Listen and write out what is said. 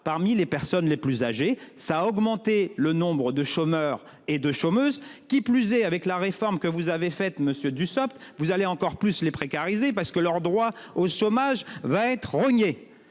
Parmi les personnes les plus âgées. Ça a augmenté le nombre de chômeurs et de chômeuses qui plus est avec la réforme que vous avez fait monsieur Dussopt, vous allez encore plus les précariser parce que leur droit au chômage va être rogné.